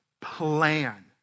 plan